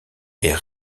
est